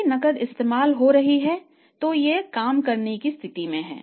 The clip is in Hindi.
यदि नकद इस्तेमाल हो रही है तो यह काम करने की स्थिति में है